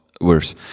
worse